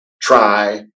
try